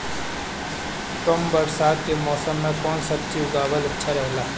कम बरसात के मौसम में कउन सब्जी उगावल अच्छा रहेला?